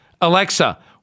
Alexa